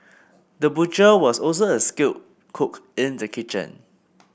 the butcher was also a skilled cook in the kitchen